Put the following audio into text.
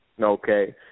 Okay